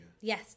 Yes